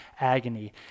agony